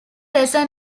lesser